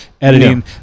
editing